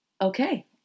Okay